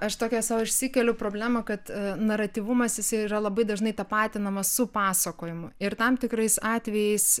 aš tokią sau išsikeliu problemą kad naratyvumas jisai yra labai dažnai tapatinamas su pasakojimu ir tam tikrais atvejais